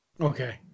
Okay